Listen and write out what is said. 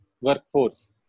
workforce